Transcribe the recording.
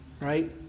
right